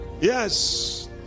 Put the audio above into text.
Yes